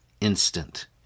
Instant